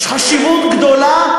יש חשיבות גדולה,